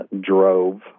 drove